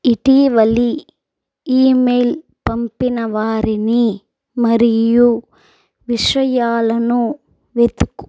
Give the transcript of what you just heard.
ఇటీవలి ఇమెయిల్ పంపిన వారిని మరియు విషయాలను వెతుకుము